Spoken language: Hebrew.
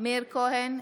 מאיר כהן,